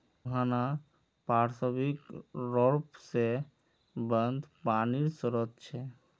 मुहाना पार्श्विक र्रोप से बंद पानीर श्रोत छे